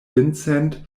vincent